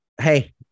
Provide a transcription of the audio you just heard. Hey